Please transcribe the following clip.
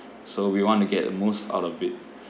so we want to get the most out of it